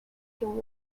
can